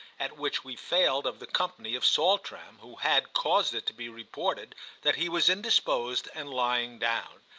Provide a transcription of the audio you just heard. at which we failed of the company of saltram, who had caused it to be reported that he was indisposed and lying down.